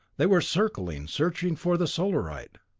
they were circling, searching for the solarite.